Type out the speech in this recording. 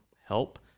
help